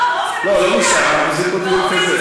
לא, באופן מסודר, אחרת איך אפשר?